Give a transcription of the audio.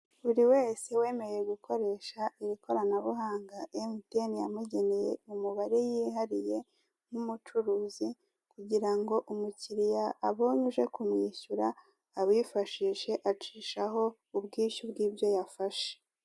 Buri wese wemeye gukoresha iri ikoranabuhanga, emutiyene yamugeneye umubare yihariye nk'umucuruzi kugirango umukiriya abonye uje kumwishyura, awifashishe acishaho ubwishyu bw'ibyo yafashe.